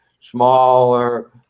smaller